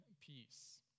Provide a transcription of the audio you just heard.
peace